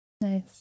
Nice